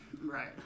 right